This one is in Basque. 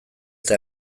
eta